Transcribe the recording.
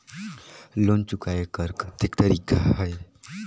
Loan चुकाय कर कतेक तरीका है?